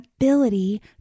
ability